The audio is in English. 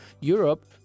Europe